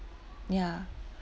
ya